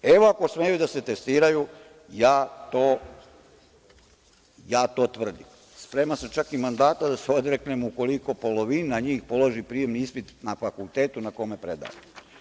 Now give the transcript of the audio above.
Evo, ako smeju da se testiraju, ja to tvrdim, spreman sam i mandata da se odreknem, ukoliko polovina njih položi prijemni ispit na fakultetu, na kome predaju.